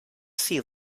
sea